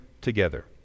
together